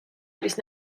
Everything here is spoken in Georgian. არის